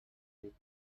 dit